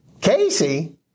Casey